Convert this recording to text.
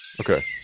Okay